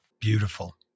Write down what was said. beautiful